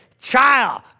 child